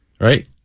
right